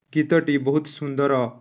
ଗୀତଟି ବହୁତ ସୁନ୍ଦର